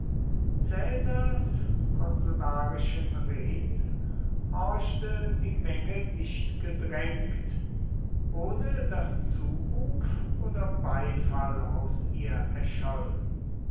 caesars konsularischen reden horchte die menge dichtgedrängt ohne daß zuruf oder beifall aus ihr erscholl